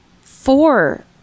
four